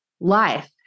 life